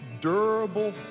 durable